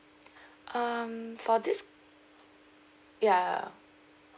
um for this ya